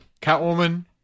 Catwoman